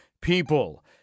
people